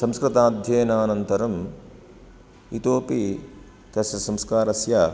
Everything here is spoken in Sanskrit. संस्कृताध्ययनान्तरम् इतोऽपि तस्य संस्कारस्य